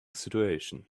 situation